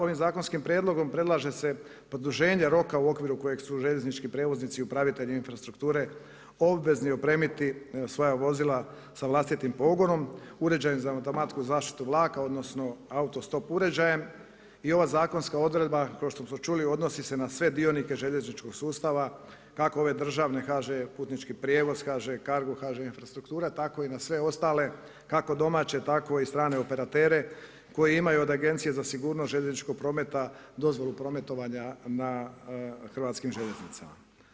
Ovim zakonskim prijedlogom predlaže se produženje roka u okviru kojeg su željeznički prijevoznici i upravitelji infrastrukture obvezni opremiti svoja vozila sa vlastitim pogonom, uređajem za automatsku zaštitu vlaka, odnosno auto stop uređajem i ova zakonska odredba kao što smo čuli, odnosi se na sve dionike željezničkog sustava kako ove države HŽ putnički prijevoz, HŽ Cargo, HŽ infrastruktura, tako i na sve ostale kako domaće, tako i strane operatere koji imaju od Agencije za sigurnost željezničkog prometa, dozvolu prometovanja na hrvatskim željeznicama.